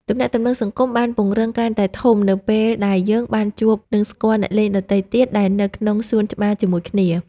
ទំនាក់ទំនងសង្គមត្រូវបានពង្រីកកាន់តែធំនៅពេលដែលយើងបានជួប និងស្គាល់អ្នកលេងដទៃទៀតដែលនៅក្នុងសួនច្បារជាមួយគ្នា។